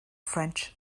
french